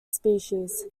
species